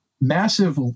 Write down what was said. massive